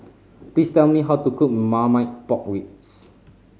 please tell me how to cook Marmite Pork Ribs